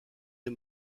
des